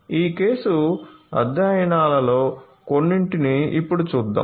ఈ కేసు అధ్యయనాలలో కొన్నింటిని ఇప్పుడు చూద్దాం